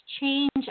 change